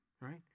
right